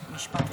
אז משפט קצר.